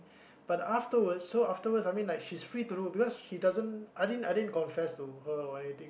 but afterwards so afterwards I mean like she's free to do because she I didn't I didn't confess to her or anything